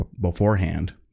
beforehand